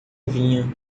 vinha